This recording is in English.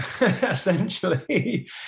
essentially